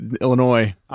Illinois